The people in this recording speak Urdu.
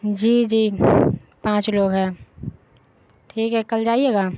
جی جی پانچ لوگ ہیں ٹھیک ہے کل جائیے گا